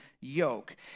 yoke